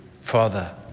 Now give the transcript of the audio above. Father